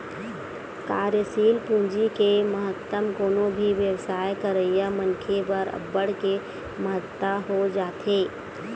कार्यसील पूंजी के महत्तम कोनो भी बेवसाय करइया मनखे बर अब्बड़ के महत्ता हो जाथे